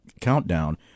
countdown